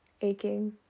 aching